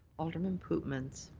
alderman pootmans.